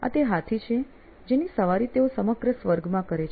આ તે હાથી છે જેની સવારી તેઓ સમગ્ર સ્વર્ગમાં કરે છે